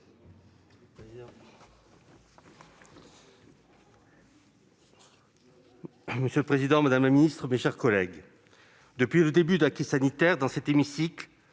Monsieur le président, madame la ministre, mes chers collègues, depuis le début de la crise sanitaire, dans cet hémicycle,